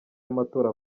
y’amatora